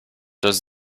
does